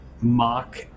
mock